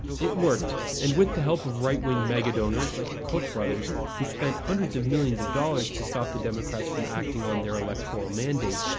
it worked, and with the help of right-wing mega-donors, like the koch brothers, who spent hundreds of millions of dollars to stop the democrats from acting on their electoral mandate,